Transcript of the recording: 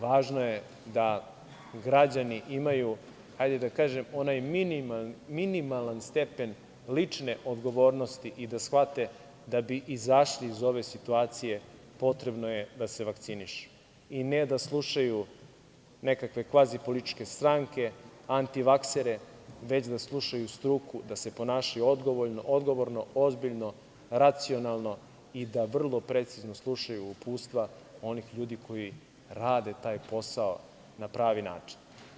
Važno je da građani imaju, hajde da kažem, onaj minimalan stepen lične odgovornosti i da shvate da bi izašli iz ove situacije potrebno je da se vakcinišu i ne da slušaju nekakve kvazi-političke stranke, antivaksere, već da slušaju struku, da se ponašaju odgovorno, ozbiljno, racionalno i da vrlo precizno slušaju uputstva onih ljudi koji rade taj posao na pravi način.